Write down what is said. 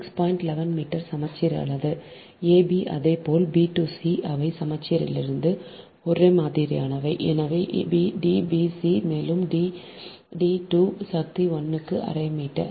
11 metre சமச்சீரிலிருந்து a b அதேபோல் b to c அவை சமச்சீரிலிருந்து ஒரே மாதிரியானவை எனவே d b c மேலும் D d 2 சக்தி 1 க்கு அரை 6